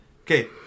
Okay